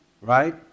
Right